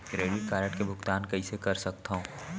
Credit card के भुगतान कईसने कर सकथो?